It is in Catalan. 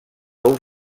fou